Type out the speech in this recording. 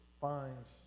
finds